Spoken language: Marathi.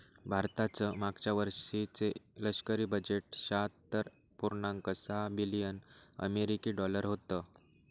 भारताचं मागच्या वर्षीचे लष्करी बजेट शहात्तर पुर्णांक सहा बिलियन अमेरिकी डॉलर होतं